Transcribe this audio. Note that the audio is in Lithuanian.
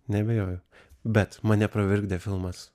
neabejoju bet mane pravirkdė filmas